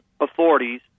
authorities